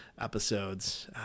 episodes